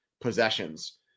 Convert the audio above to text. possessions